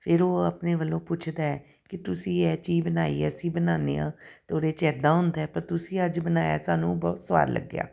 ਫਿਰ ਉਹ ਆਪਣੇ ਵੱਲੋਂ ਪੁੱਛਦਾ ਕਿ ਤੁਸੀਂ ਇਹ ਚੀਜ਼ ਬਣਾਈ ਅਸੀਂ ਬਣਾਉਂਦੇ ਹਾਂ ਤਾਂ ਉਹਦੇ 'ਚ ਇੱਦਾਂ ਹੁੰਦਾ ਪਰ ਤੁਸੀਂ ਅੱਜ ਬਣਾਇਆ ਸਾਨੂੰ ਬਹੁਤ ਸਵਾਦ ਲੱਗਿਆ